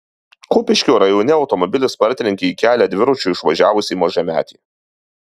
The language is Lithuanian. kupiškio rajone automobilis partrenkė į kelią dviračiu išvažiavusį mažametį